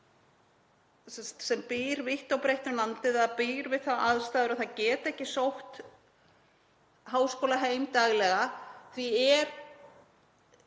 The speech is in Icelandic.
sem býr vítt og breitt um landið býr við þær aðstæður að geta ekki sótt háskóla heim daglega og